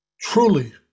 Truly